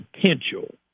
potential